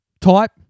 type